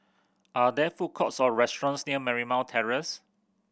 are there food courts or restaurants near Marymount Terrace